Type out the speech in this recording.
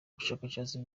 ubushakashatsi